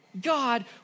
God